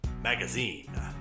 Magazine